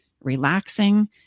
relaxing